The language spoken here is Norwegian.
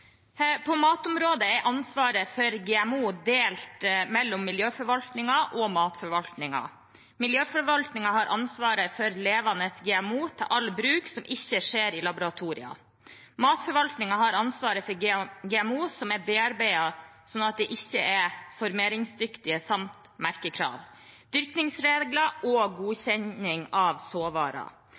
På matområdet er ansvaret for GMO delt mellom miljøforvaltningen og matforvaltningen. Miljøforvaltningen har ansvaret for levende GMO til all bruk som ikke skjer i laboratorier. Matforvaltningen har ansvaret for GMO som er bearbeidet slik at det ikke er formeringsdyktig, samt merkekrav, dyrkningsregler og godkjenning av såvarer.